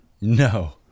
No